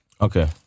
Okay